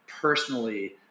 personally